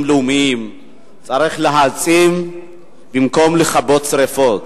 לאומיים צריך להעצים במקום לכבות שרפות.